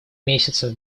месяце